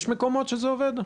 יש מקומות שבהם זה עובד?